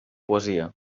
poesia